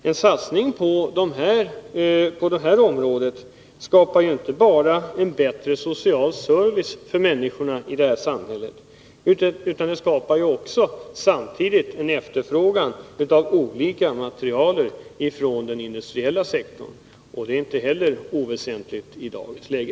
En satsning på dessa områden skapar inte bara en bättre social service för människorna i detta samhälle utan skapar ju också samtidigt en efterfrågan på olika material från den industriella sektorn. Och det är inte heller oväsentligt i dagens läge.